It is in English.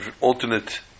alternate